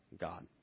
God